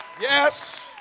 Yes